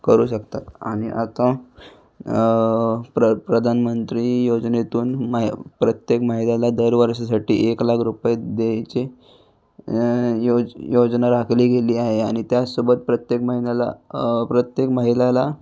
करू शकतात आणि आता प्र प्रधानमंत्री योजनेतून महि प्रत्येक महिलेला दर वर्षासाठी एक लाख रुपये द्यायचे योज योजना राखली गेली आहे आणि त्यासोबत प्रत्येक महिन्याला प्रत्येक महिलेला